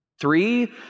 Three